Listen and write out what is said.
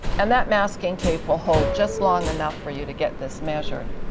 and that masking tape will hold just long enough for you to get this measured.